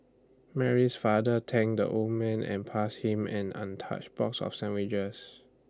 Mary's father thanked the old man and passed him an untouched box of sandwiches